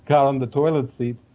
got on the toilet seat,